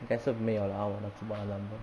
应该是没有了他们这个的 number